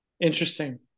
Interesting